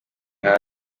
nka